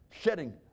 shedding